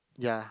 ya